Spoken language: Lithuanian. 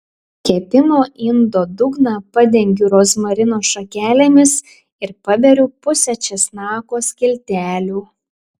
kepimo indo dugną padengiu rozmarino šakelėmis ir paberiu pusę česnako skiltelių